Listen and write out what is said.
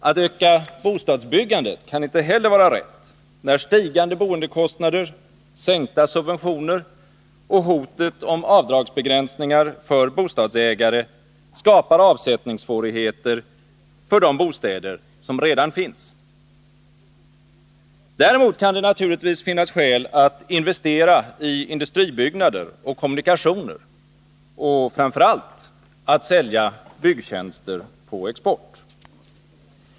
Att öka bostadsbyggandet kan inte heller vara rätt, när stigande boendekostnader, sänkta subventioner och hotet om avdragsbegränsningar för bostadsägare skapar avsättningssvårigheter för de bostäder som redan finns. Däremot kan det naturligtvis finnas skäl att investera i industribyggnader och kommunikationer och — framför allt — att sälja byggtjänster på export.